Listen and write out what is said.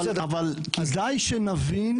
כדאי שנבין